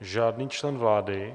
žádný člen vlády.